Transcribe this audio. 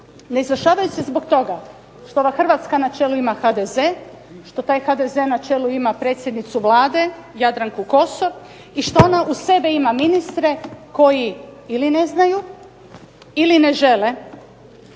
Ne izvršavaju se zbog toga što ova Hrvatska na čelu ima HDZ, što taj HDZ na čelu ima predsjednicu Vlade Jadranku Kosor i što ona uz sebe ima ministre koji ili ne znaju ili ne žele